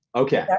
okay. yup.